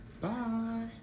bye